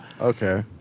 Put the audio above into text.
okay